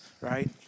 right